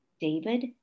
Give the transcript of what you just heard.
david